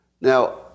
Now